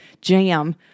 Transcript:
jam